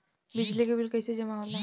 बिजली के बिल कैसे जमा होला?